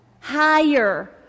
Higher